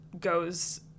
goes